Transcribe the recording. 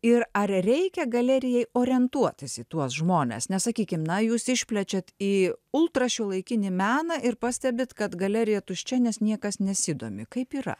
ir ar reikia galerijai orientuotis į tuos žmones nes sakykim na jūs išplečiate į ultrašiuolaikinį meną ir pastebit kad galerija tuščia nes niekas nesidomi kaip yra